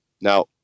Now